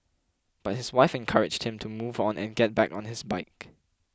but his wife encouraged him to move on and get back on his bike